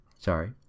sorry